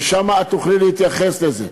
ושם את תוכלי להתייחס לזה.